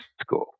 school